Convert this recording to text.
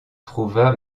trouva